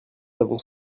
avons